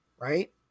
right